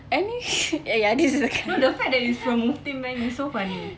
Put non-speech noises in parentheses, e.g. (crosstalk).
I mean (laughs) ya ya this is a (laughs)